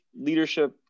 leadership